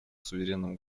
суверенным